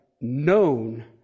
known